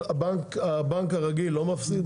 הבנק הרגיל לא מפסיד,